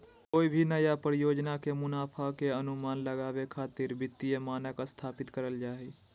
कोय भी नया परियोजना के मुनाफा के अनुमान लगावे खातिर वित्तीय मानक स्थापित करल जा हय